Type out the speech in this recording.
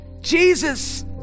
Jesus